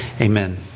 Amen